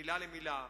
מלה למלה.